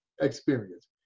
experience